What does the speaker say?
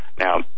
Now